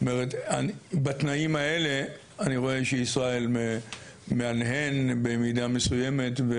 אני רואה שישראל מהנהן במידה מסוימת.